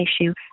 issue